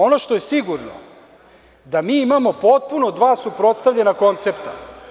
Ono što je sigurno jeste da mi imamo potpuno dva suprotstavljena koncepta.